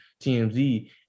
TMZ